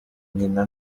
nyina